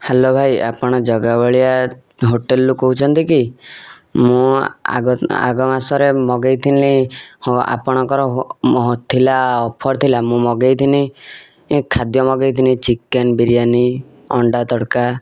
hello ଭାଇ ଆପଣ ଜଗା ବଳିଆ ହୋଟେଲରୁ କହୁଛନ୍ତି କି ମୁଁ ଆଗ ଆଗ ମାସରେ ମଗେଇଥିନି ହଁ ଆପଣଙ୍କର ଥିଲା ଅଫର ଥିଲା ମୁଁ ମଗେଇଥିନି ଏ ଖାଦ୍ୟ ମଗେଇଥିନି ଚିକେନ ବିରିୟାନି ଅଣ୍ଡା ତଡ଼କା